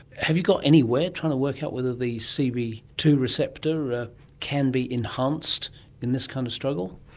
have you got anywhere trying to work out whether the c b two receptor ah can be enhanced in this kind of struggle?